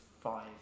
five